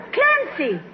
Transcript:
Clancy